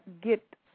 get